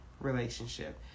relationship